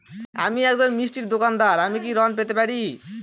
আমি একজন মিষ্টির দোকাদার আমি কি ঋণ পেতে পারি?